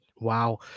wow